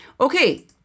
okay